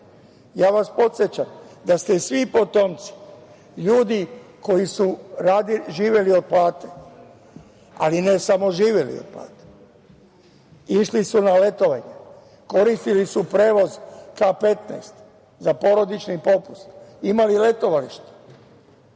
nema. Podsećam vas da ste svi potomci ljudi koji su živeli od plate, ali ne samo živeli od plate, išli su na letovanje, koristili su prevoz K-15, za porodični popust, imali su letovalište.